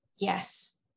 Yes